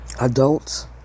Adults